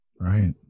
Right